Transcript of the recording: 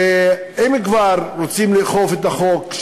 ואם כבר רוצים לאכוף את החוק,